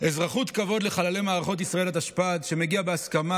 אזרחות כבוד לחללי מערכות ישראל, התשפ"ד 2023,